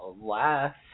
last